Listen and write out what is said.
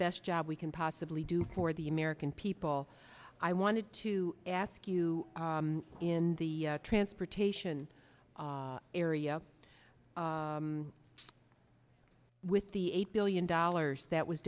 best job we can possibly do for the american people i wanted to ask you in the transportation area with the eight billion dollars that was